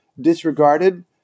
disregarded